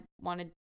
wanted